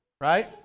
right